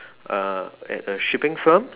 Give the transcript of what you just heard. uh at a shipping firm